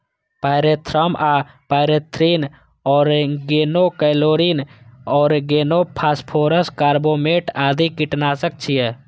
pyrethrum आ pyrethrin, organochlorine, organophosphorus, carbamate आदि कीटनाशक छियै